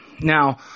Now